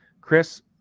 Chris